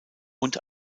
und